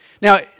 Now